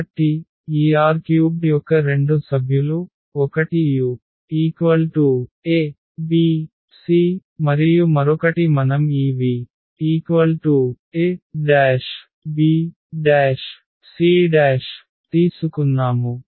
కాబట్టి ఈ R³ యొక్క 2 సభ్యులు ఒకటి u a b c మరియు మరొకటి మనం ఈ v a b c తీసుకున్నాము